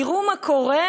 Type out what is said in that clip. תראו מה קורה.